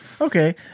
Okay